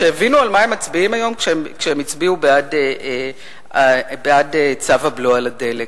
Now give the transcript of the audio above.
שהבינו על מה הם מצביעים היום כשהם הצביעו בעד צו הבלו על הדלק.